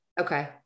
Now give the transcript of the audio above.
Okay